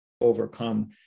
overcome